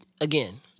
again